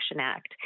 Act